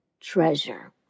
treasure